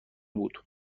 بود